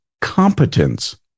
competence